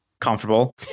comfortable